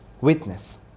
Witness